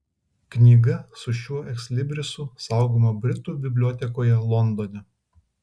knyga su šiuo ekslibrisu saugoma britų bibliotekoje londone